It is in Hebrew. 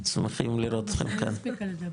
אנחנו שמחים לראות אותכם כאן.